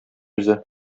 үзе